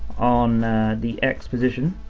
on the x position.